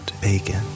bacon